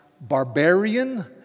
barbarian